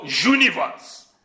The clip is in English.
universe